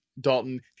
Dalton